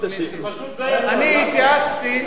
אתה חד-צדדי אני התייעצתי,